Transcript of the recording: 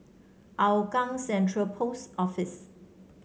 Hougang Central Post Office